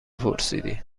پرسیدی